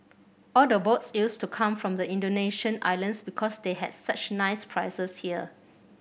all the boats used to come from the Indonesian islands because they had such nice prizes here